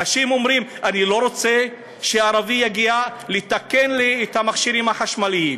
אנשים אומרים: אני לא רוצה שערבי יגיע לתקן לי את המכשירים החשמליים.